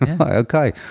Okay